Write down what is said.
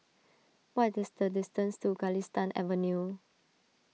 what is the distance to Galistan Avenue